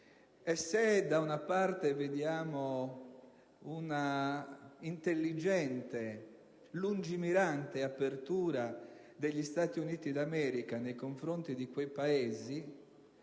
e se da una parte vediamo una intelligente e lungimirante apertura degli Stati Uniti d'America nei confronti di quei Paesi